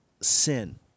sin